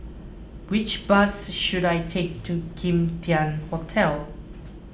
which bus should I take to Kim Tian Hotel